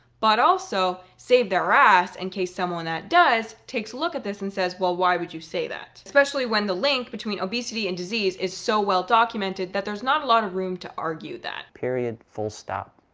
but also save their ass in and case someone that does takes a look at this and says, well, why would you say that? especially when the link between obesity and disease is so well-documented that there's not a lot of room to argue that. period, full stop.